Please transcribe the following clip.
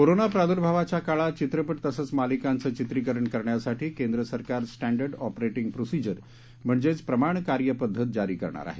corona प्रादुर्भावाच्या काळात चित्रपट तसच मालिकांचं चित्रीकरण करण्यासाठी केंद्र सरकार स्टॅंडर्ड ऑपरेटिंग प्रोसिजर म्हणजेच प्रमाण कार्य पद्धत जारी करणार आहे